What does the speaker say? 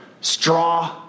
straw